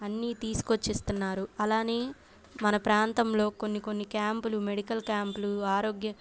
అన్ని తీసుకువచ్చి ఇస్తున్నారు అలానే మన ప్రాంతంలో కొన్నికొన్ని క్యాంపులు మెడికల్ క్యాంపులు ఆరోగ్య